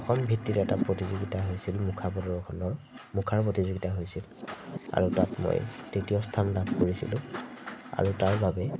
অসম ভিত্তিত এটা প্ৰতিযোগিতা হৈছিল মুখা প্ৰদৰ্শনৰ মুখাৰ প্ৰতিযোগিতা হৈছিল আৰু তাত মই তৃতীয় স্থান লাভ কৰিছিলোঁ আৰু তাৰ বাবে